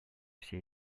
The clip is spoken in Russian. все